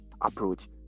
approach